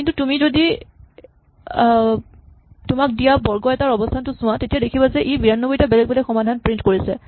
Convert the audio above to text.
কিন্তু তুমি যদি তোমাক দিয়া বৰ্গ এটাৰ অৱস্হানটো চোৱা তেতিয়া দেখিবা যে ই ৯২ টা বেলেগ বেলেগ সমাধান প্ৰিন্ট কৰিছে